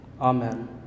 Amen